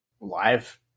Live